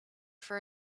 for